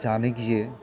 जानो गियो